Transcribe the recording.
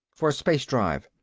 for space-drive.